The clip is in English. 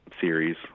series